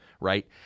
Right